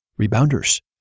rebounders